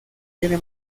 tiene